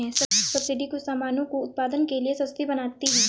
subsidy कुछ सामानों को उत्पादन के लिए सस्ती बनाती है